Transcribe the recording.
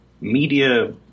media